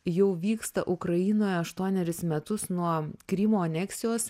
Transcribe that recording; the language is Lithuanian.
jau vyksta ukrainoje aštuonerius metus nuo krymo aneksijos